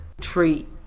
treat